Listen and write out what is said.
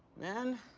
man.